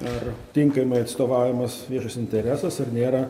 ar tinkamai atstovaujamas viešas interesas ar nėra